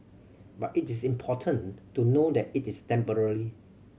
but it is important to know that it is temporary